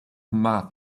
math